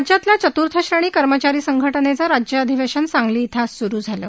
राज्यातल्या चत्र्थ श्रेणी कर्मचारी संघटनेचं राज्य अधिवेशन सांगली इथं आज स्रु झालं